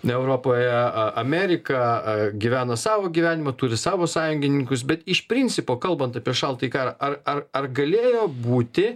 ne europoje amerika gyveno savo gyvenimą turi savo sąjungininkus bet iš principo kalbant apie šaltąjį karą ar ar ar galėjo būti